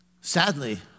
Sadly